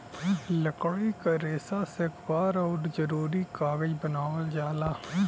लकड़ी क रेसा से अखबार आउर जरूरी कागज बनावल जाला